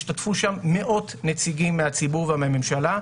השתתפו שם מאות נציגים מהציבור ומהממשלה.